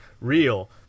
real